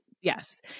yes